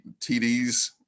TDs